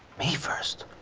me first!